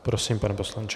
Prosím, pane poslanče.